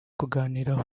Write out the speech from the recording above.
kuganiraho